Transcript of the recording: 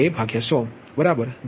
2100 0